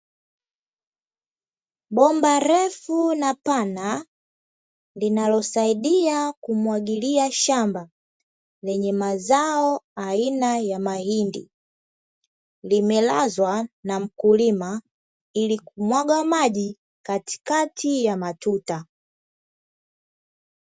Bomba refu na pana, linalosaidia kumwagilia shamba lenye mazao aina ya mahindi, limelazwa na mkulima ili kumwaga maji katikati ya matuta.